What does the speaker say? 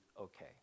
okay